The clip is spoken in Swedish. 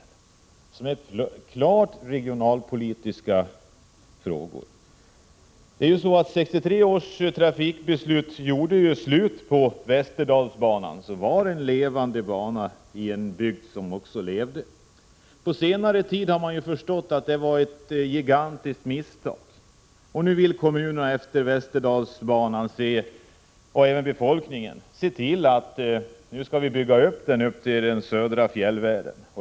Dessa banor är klart regionalpolitiska frågor. 1963 års trafikpolitiska beslut gjorde slut på Västerdalsbanan, som var en levande bana i en bygd som också levde. På senare tid har man förstått att detta var ett gigantiskt misstag. Nu vill kommunerna och befolkningen utmed Västerdalsbanan se till att den byggs ut till den södra fjällvärlden.